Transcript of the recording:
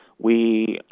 we